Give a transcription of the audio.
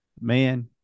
man